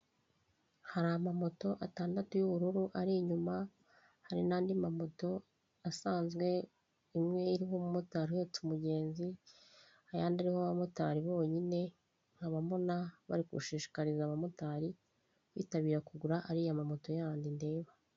Hari amamoto atandatu y'ubururu ari inyuma, hari n'andi mafoto asanzwe imwe umumotari uhetse mugenzi, ayandi arimo abamotari bonyine. Nkaba mbona bari gushishikariza abamotari kwitabira kugura ariya mamoto yandi ndeba.